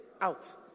out